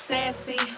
Sassy